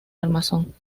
armazón